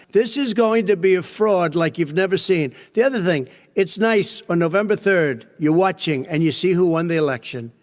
this is going to be a fraud like you've never seen. the other thing it's nice, on nov. and three, you're watching and you see who won the election.